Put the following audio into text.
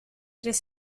tres